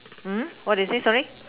what did you say sorry